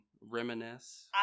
reminisce